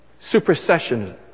supersessionism